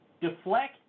deflect